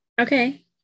Okay